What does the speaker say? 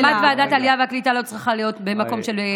הקמת ועדת העלייה והקליטה לא צריכה להיות במקום של ויכוחים פוליטיים.